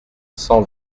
cent